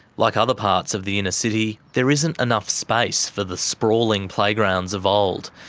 like other parts of the inner-city, there isn't enough space for the sprawling playgrounds of old.